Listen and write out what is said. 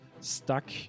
stuck